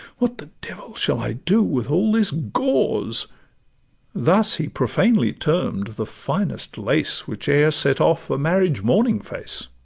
what the devil shall i do with all this gauze thus he profanely term'd the finest lace which e'er set off a marriage-morning face.